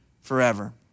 forever